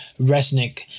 Resnick